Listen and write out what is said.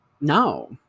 No